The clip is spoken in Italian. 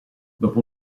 dopo